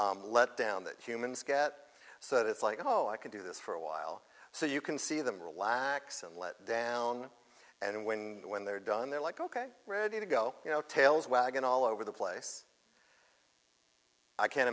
downs letdown that humans get so it's like oh i can do this for a while so you can see them relax and let down and when when they're done they're like ok ready to go you know tails wagon all over the place i can